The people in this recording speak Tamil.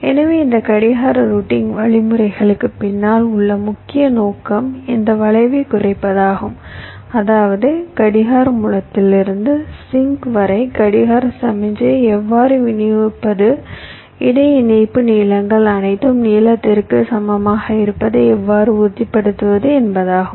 எனவே இந்த கடிகார ரூட்டிங் வழிமுறைகளுக்குப் பின்னால் உள்ள முக்கிய நோக்கம் இந்த வளைவைக் குறைப்பதாகும் அதாவது கடிகார மூலத்திலிருந்து சிங் வரை கடிகார சமிக்ஞையை எவ்வாறு விநியோகிப்பது இடை இணைப்பு நீளங்கள் அனைத்தும் நீளத்திற்கு சமமாக இருப்பதை எவ்வாறு உறுதிப்படுத்துவது என்பதாகும்